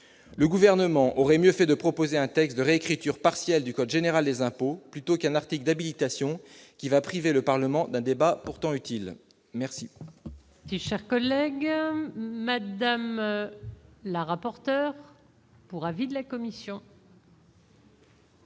le gouvernement aurait mieux fait de proposer un texte de réécriture partielle du code général des impôts, plutôt qu'à Martigues d'habitation qui va priver le Parlement d'un débat pourtant utile, merci.